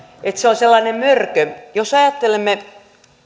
että se on sellainen mörkö jos ajattelemme